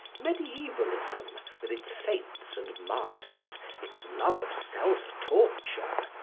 mediaevalism, with its saints and martyrs, its love of self-torture,